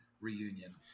reunion